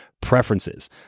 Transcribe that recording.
preferences